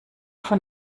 von